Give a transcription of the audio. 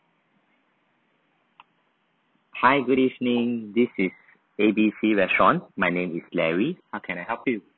hi good evening this is A B C restaurant my name is larry how can I help you